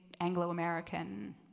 Anglo-American